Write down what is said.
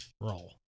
Roll